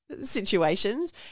situations